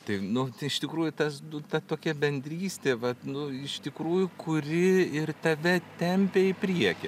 tai nu iš tikrųjų tas nu ta tokia bendrystė vat nu iš tikrųjų kuri ir tave tempia į priekį